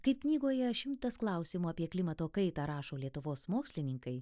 kaip knygoje šimtas klausimų apie klimato kaitą rašo lietuvos mokslininkai